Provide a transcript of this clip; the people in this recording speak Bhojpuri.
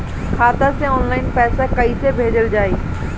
खाता से ऑनलाइन पैसा कईसे भेजल जाई?